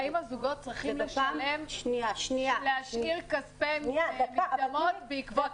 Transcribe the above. האם הזוגות צריכים לשלם ולהשאיר כספי מקדמות בעקבות כך?